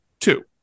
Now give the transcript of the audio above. two